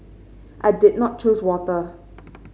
I did not choose water